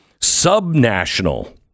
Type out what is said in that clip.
subnational